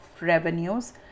revenues